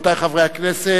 רבותי, חברי הכנסת,